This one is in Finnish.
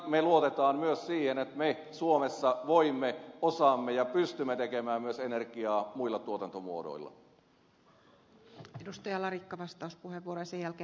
me luotamme myös siihen että me suomessa voimme osaamme tehdä pystymme tekemään myös energiaa muilla tuotantomuodoilla